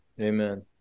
Amen